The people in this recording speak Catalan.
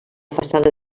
façana